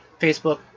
Facebook